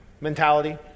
mentality